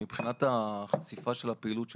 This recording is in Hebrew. מבחינת החשיפה של הפעילות שלנו,